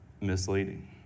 misleading